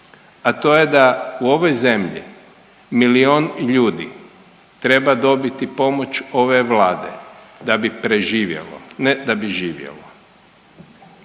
a to je da u ovoj zemlji milijun ljudi treba dobiti pomoć ove Vlade da bi preživjelo, ne da bi živjelo.